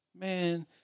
man